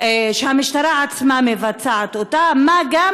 שהמשטרה עצמה מבצעת, מה גם,